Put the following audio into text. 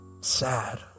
sad